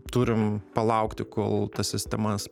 turim palaukti kol tas sistemas